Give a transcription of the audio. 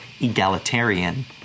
egalitarian